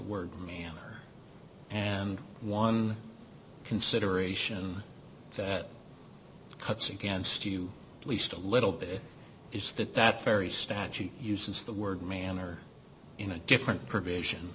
word manner and one consideration that cuts against you at least a little bit is that that fairy statue uses the word manner in a different provision